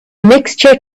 mixture